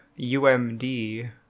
UMD